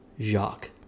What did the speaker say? Jacques